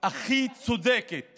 הכי צודקת